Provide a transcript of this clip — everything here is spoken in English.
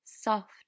soft